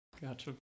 gotcha